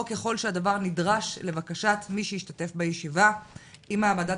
או ככל שהדבר נדרש לבקשת מי שהשתתף בישיבה אם העמדת